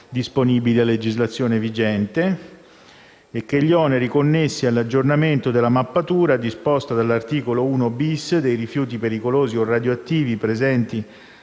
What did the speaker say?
disponibili a legislazione vigente e gli oneri connessi all'aggiornamento della mappatura disposta dell'articolo 1-*bis* dei rifiuti pericolosi o radioattivi presenti